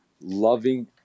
loving